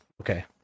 Okay